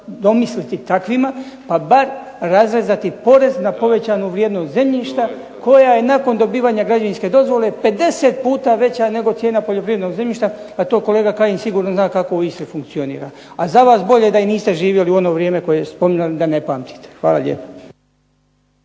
domisliti takvima, pa bar razrezati porez na povećanu vrijednost zemljišta koja je nakon dobivanja građevinske dozvole 50 puta veća nego cijena poljoprivrednog zemljišta, a to kolega Kajin sigurno zna kako u Istri funkcionira. A za vas bolje da i niste živjeli u ono vrijeme koje spominjao da ne pamtite. Hvala lijepa.